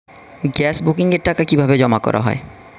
Gas বুকিংয়ের টাকা কিভাবে জমা করা হয়?